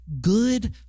good